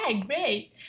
great